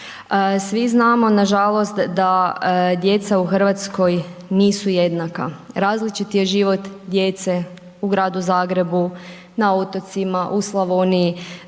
Svi znamo nažalost da djeca u Hrvatskoj nisu jednaka. Različiti je život djece u Gradu Zagrebu, na otocima u Slavoniji,